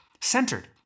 centered